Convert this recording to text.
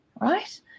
right